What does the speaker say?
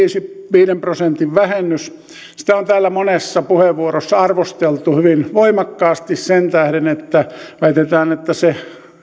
viiden prosentin vähennys sitä on täällä monessa puheenvuorossa arvosteltu hyvin voimakkaasti sen tähden että väitetään että se